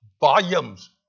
volumes